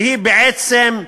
שהיא בעצם,